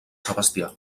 sebastià